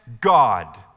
God